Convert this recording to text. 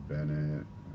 Bennett